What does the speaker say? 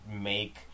make